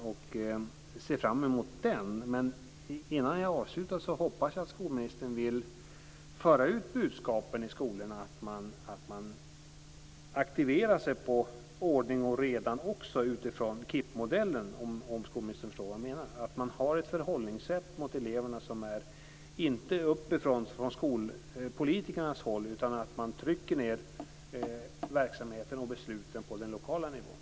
Innan jag avslutar mitt anförande vill jag säga att jag hoppas att skolministern vill föra ut budskapet i skolorna att man ska aktivera sig också för ordning och reda enligt KIPP modellen, om skolministern förstår vad jag menar. Man ska ha ett förhållningssätt till eleverna som inte är uppifrån och från skolpolitikernas håll utan man ska trycka ned verksamheten och besluten på den lokala nivån.